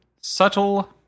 Subtle